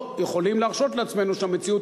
אנחנו לא יכולים להרשות לעצמנו שהמציאות